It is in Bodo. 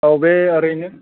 औ बे ओरैनो